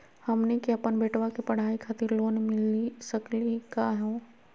हमनी के अपन बेटवा के पढाई खातीर लोन मिली सकली का हो?